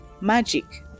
magic